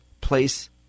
place